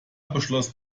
beschloss